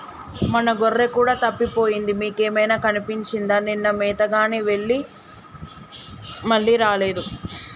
మా గొర్రె కూడా తప్పిపోయింది మీకేమైనా కనిపించిందా నిన్న మేతగాని వెళ్లి మళ్లీ రాలేదు